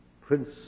Prince